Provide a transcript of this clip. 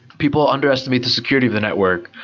people underestimate the security of the network.